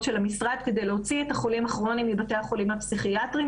של המשרד כדי להוציא את החולים הכרוניים מבתי החולים הפסיכיאטריים.